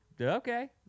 okay